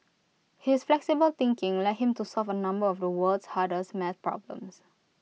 his flexible thinking led him to solve A number of the world's hardest math problems